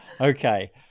Okay